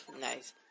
nice